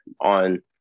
on